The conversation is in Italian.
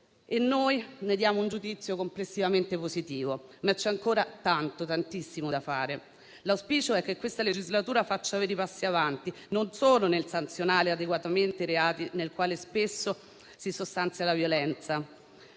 e noi ne diamo un giudizio complessivamente positivo, ma c'è ancora tanto, tantissimo da fare. L'auspicio è che questa legislatura faccia veri passi in avanti, non solo nel sanzionare adeguatamente i reati nei quali spesso si sostanzia la violenza,